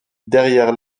derrière